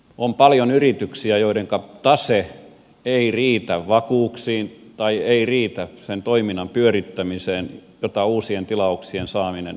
on paljon yrityksiä joidenka tase ei riitä vakuuksiin tai ei riitä sen toiminnan pyörittämiseen jota uusien tilauksien saaminen edellyttää